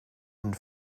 and